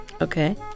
Okay